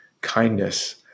kindness